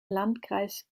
landkreis